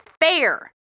Fair